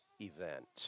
event